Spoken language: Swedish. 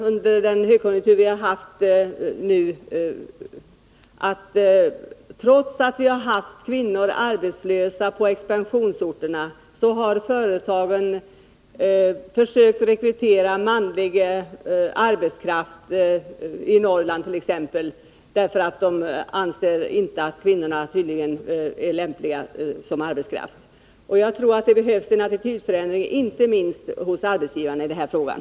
Under den högkonjunktur vi haft nu har ju företagen, trots att kvinnor varit arbetslösa på expansionsorter, försökt rekrytera manlig arbetskraft i t.ex. Norrland. De anser tydligen inte att kvinnorna är lämplig arbetskraft. Jag tror att det inte minst hos arbetsgivarna behövs en attitydförändring i den här frågan.